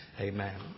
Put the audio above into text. Amen